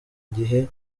gihe